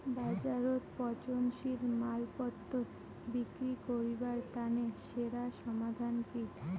বাজারত পচনশীল মালপত্তর বিক্রি করিবার তানে সেরা সমাধান কি?